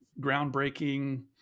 groundbreaking